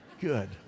Good